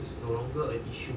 is no longer an issue